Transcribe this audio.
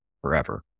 forever